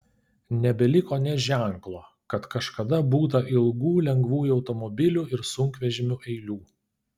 nebeliko nė ženklo kad kažkada būta ilgų lengvųjų automobilių ir sunkvežimių eilių